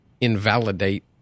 invalidate